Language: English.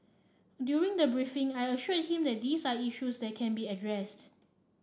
during the briefing I assured him that these are issues that can be addressed